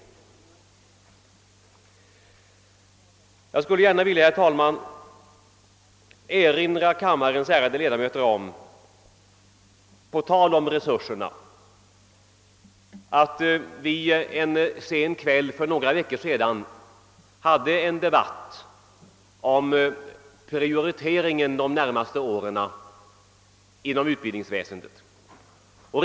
På tal om resurserna vill jag, herr talman, erinra kammarens ärade ledamöter om att vi en sen kväll för några veckor sedan hade en debatt om prioriteringen inom =<utbildningsväsendet under de närmaste åren.